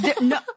No